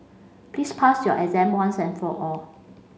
please pass your exam once and for all